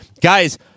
guys